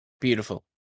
Beautiful